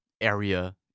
area